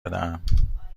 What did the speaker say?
بدهم